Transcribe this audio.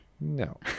No